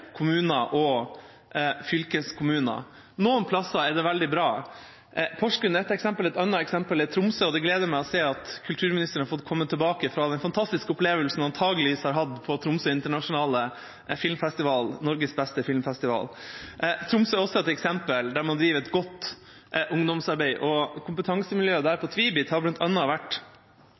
kommuner og fylkeskommuner. Noen plasser er det veldig bra. Porsgrunn er ett eksempel. Et annet eksempel er Tromsø. Det gleder meg å se at kulturministeren har kommet tilbake fra den fantastiske opplevelsen hun antakeligvis har hatt på Tromsø Internasjonale Filmfestival – Norges beste filmfestival. Tromsø og kompetansemiljøet der er også et eksempel på at man driver et godt ungdomsarbeid, og kompetansemiljøet på Tvibit har bl.a. vært